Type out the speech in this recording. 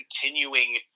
continuing